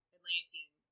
Atlantean